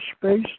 space